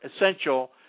essential